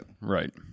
Right